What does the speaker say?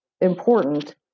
important